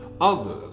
Others